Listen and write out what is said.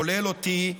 כולל אותי,